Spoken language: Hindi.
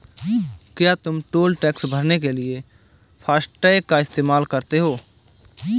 क्या तुम टोल टैक्स भरने के लिए फासटेग का इस्तेमाल करते हो?